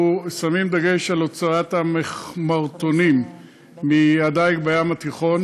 אנחנו שמים דגש על הוצאת המכמורתנים מהדיג בים התיכון,